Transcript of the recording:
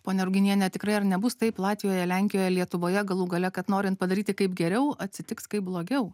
ponia ruginiene tikrai ar nebus taip latvijoje lenkijoje lietuvoje galų gale kad norint padaryti kaip geriau atsitiks kaip blogiau